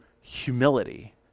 humility